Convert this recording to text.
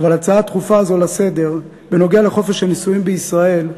אבל הצעה דחופה זו לסדר-היום בנוגע לחופש הנישואים בישראל,